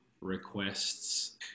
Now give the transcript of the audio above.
requests